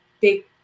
big